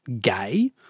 gay